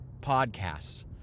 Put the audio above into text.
podcasts